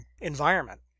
environment